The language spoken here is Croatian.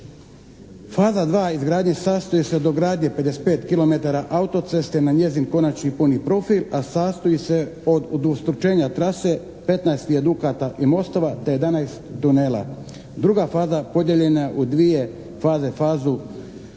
Faza dva izgradnje sastoji se od dogradnje 55 kilometara autoceste na njezin konačni puni profil, a sastoji se od ustručenja trase 15 vijadukata i mostova te 11 tunela. Druga faza podijeljena je u dvije faze, fazu